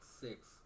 six